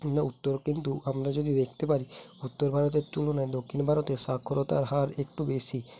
কিংবা উত্তর কিন্তু আমরা যদি দেখতে পারি উত্তর ভারতের তুলনায় দক্ষিণ ভারতে সাক্ষরতার হার একটু বেশি